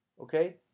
Okay